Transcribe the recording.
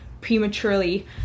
prematurely